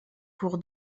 pour